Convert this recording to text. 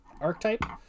archetype